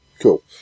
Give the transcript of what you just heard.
Cool